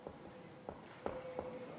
ושוב אירוע,